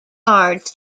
cards